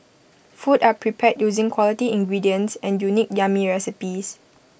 food are prepared using quality ingredients and unique yummy recipes